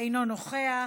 אינו נוכח.